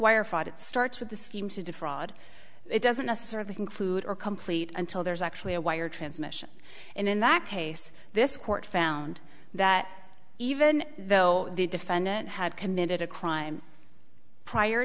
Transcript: fraud it starts with the scheme to defraud it doesn't necessarily include or complete until there's actually a wire transmission and in that case this court found that even though the defendant had committed a crime prior